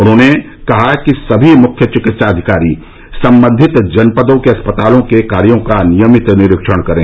उन्होंने कहा कि सभी मुख्य चिकित्साधिकारी संबंधित जनपदों के अस्पतालों के कार्यो का नियमित निरीक्षण करें